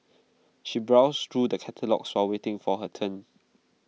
she browsed through the catalogues while waiting for her turn